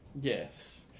Yes